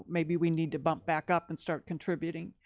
maybe we need to bump back up and start contributing.